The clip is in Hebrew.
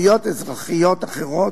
זכויות אזרחיות אחרות,